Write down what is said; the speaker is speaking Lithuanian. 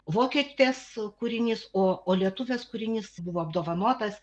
vokietės kūrinys o o lietuvės kūrinys buvo apdovanotas